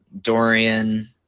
Dorian